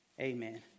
amen